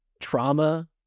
trauma